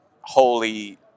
holy